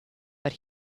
but